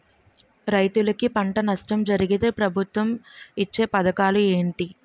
రైతులుకి పంట నష్టం జరిగితే ప్రభుత్వం ఇచ్చా పథకాలు ఏంటి?